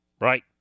right